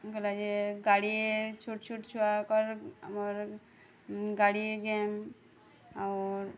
ଗଲା ଯେ ଗାଡ଼ି ଛୋଟ୍ ଛୋଟ୍ ଛୁଆକର୍ ଆମର୍ ଗାଡ଼ି ଗେମ୍ ଔର୍